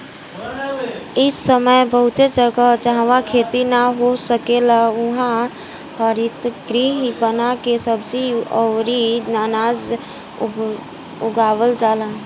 इ समय बहुते जगह, जाहवा खेती ना हो सकेला उहा हरितगृह बना के सब्जी अउरी अनाज उगावल जाला